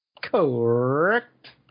Correct